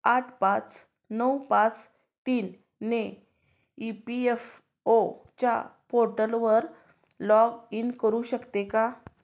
आठ पाच नऊ पाच तीनने ई पी एफ ओच्या पोर्टलवर लॉग इन करू शकते का